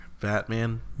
Batman